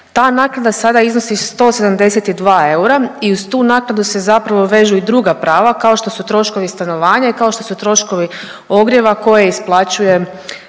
Ta naknada iznosi 172 eura i uz tu naknadu se zapravo vežu i druga prava, kao što su troškovi stanovanja i kao što su troškovi ogrijeva koje isplaćuje,